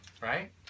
right